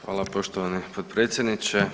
Hvala poštovani potpredsjedniče.